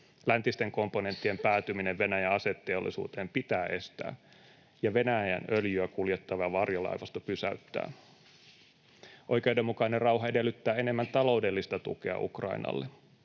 Läntisten komponenttien päätyminen Venäjän aseteollisuuteen pitää estää ja Venäjän öljyä kuljettava varjolaivasto pysäyttää. Oikeudenmukainen rauha edellyttää enemmän taloudellista tukea Ukrainalle.